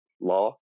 law